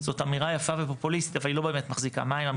זאת אמירה יפה ופופוליסטית אבל היא לא באמת מחזיקה מים.